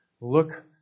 Look